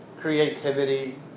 creativity